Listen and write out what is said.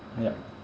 yup